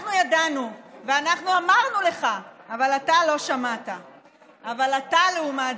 אנחנו ידענו ואנחנו אמרנו לך, אבל אתה לא שמעת.